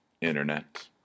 Internet